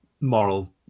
moral